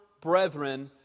brethren